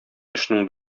эшнең